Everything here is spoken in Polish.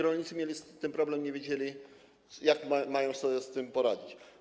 Rolnicy mieli z tym problem, nie widzieli, jak mają sobie z tym poradzić.